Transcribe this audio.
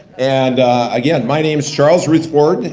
and again my name's charles ruthford.